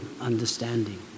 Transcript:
understanding